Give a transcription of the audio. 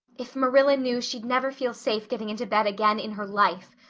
if marilla knew she'd never feel safe getting into bed again in her life.